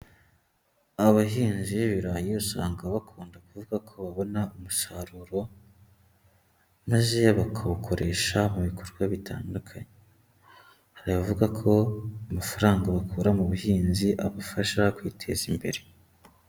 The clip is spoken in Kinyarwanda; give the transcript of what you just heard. Abahinzi b'ibirayi usanga bakunda kuvuga ko babona umusaruro maze bakawukoresha mu bikorwa bitandukanye, hari abavuga ko amafaranga bakura mu buhinzi abafasha kwiteza imbere.